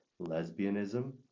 lesbianism